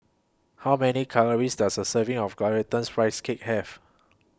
How Many Calories Does A Serving of Glutinous Rice Cake Have